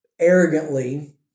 arrogantly